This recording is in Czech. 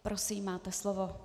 Prosím, máte slovo.